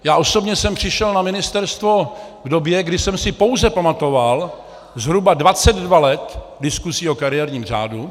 Já osobně jsem přišel na ministerstvo v době, kdy jsem si pouze pamatoval zhruba 22 let diskusí o kariérním řádu.